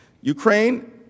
Ukraine